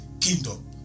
kingdom